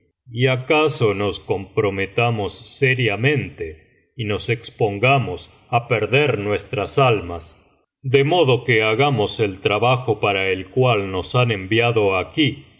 y acaso nos comprometamos seriamente y nos expongamos á perder nuestras almas de modo que hagamos el trabajo para el cual nos han enviado aquí y